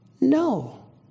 No